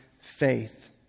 faith